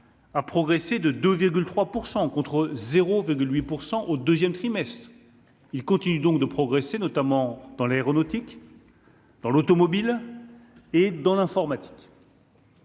a progressé de 2 3 % contre 0 veut que 8 % au 2ème trimestre il continue donc de progresser, notamment dans l'aéronautique, dans l'automobile et dans l'informatique.